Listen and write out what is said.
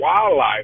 wildlife